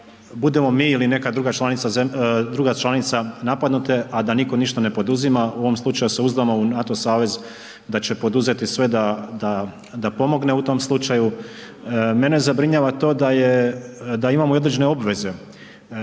da budemo mi ili neka druga članica napadnute, a da nitko ništa ne poduzima, u ovom slučaju se uzdamo u NATO savez da će poduzeti sve da pomogne u tom slučaju. Mene zabrinjava to da imamo i određene obveze,